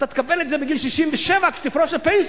אתה תקבל את זה בגיל 67 כשתפרוש לפנסיה,